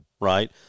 right